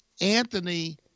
Anthony